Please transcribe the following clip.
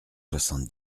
soixante